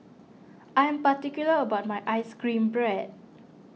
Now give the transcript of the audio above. I am particular about my Ice Cream Bread